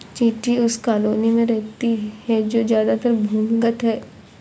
चींटी उस कॉलोनी में रहती है जो ज्यादातर भूमिगत है